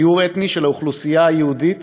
טיהור אתני של האוכלוסייה היהודית